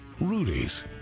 Rudy's